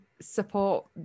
support